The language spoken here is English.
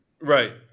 right